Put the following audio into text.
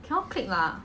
cannot click lah